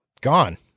gone